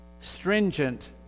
stringent